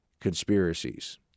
conspiracies